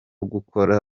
gukora